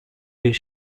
bir